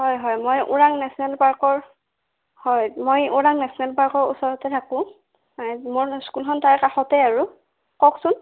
হয় হয় মই ওৰাং নেশ্যনেল পাৰ্কৰ হয় মই ওৰাঙ নেশ্যনেল পাৰ্কৰ ওচৰতে থাকোঁ হয় মোৰ স্কুলখন তাৰ কাষতে আৰু কওকচোন